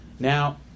Now